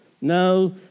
No